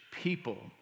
people